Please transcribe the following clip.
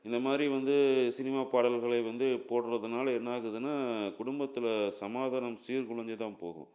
இந்த மாதிரி வந்து சினிமா பாடல்களை வந்து போடுறதுனால என்ன ஆகுதுன்னா குடும்பத்தில் சமாதானம் சீர் குழைஞ்சி தான் போகும்